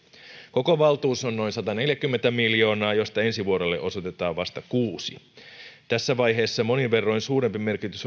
koko valtuus on noin sataneljäkymmentä miljoonaa joista ensi vuodelle osoitetaan vasta kuusi miljoonaa tässä vaiheessa monin verroin suurempi merkitys